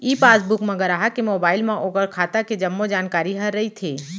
ई passbook म गराहक के मोबाइल म ओकर खाता के जम्मो जानकारी ह रइथे